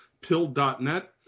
pill.net